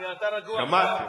מה שנקרא.